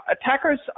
attackers